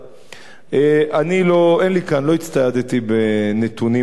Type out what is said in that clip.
אין לי כאן, לא הצטיידתי בנתונים על הבנייה,